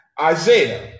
Isaiah